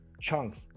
chunks